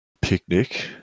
Picnic